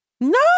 No